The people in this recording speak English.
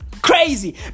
Crazy